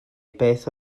beth